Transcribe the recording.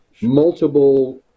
multiple